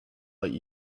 like